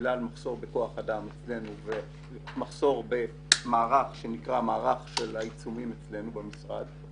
בגלל מחסור בכוח אדם אצלנו ומחסור במערך העיצומים אצלנו במשרד,